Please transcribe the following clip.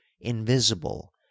invisible